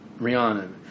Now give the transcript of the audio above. Rihanna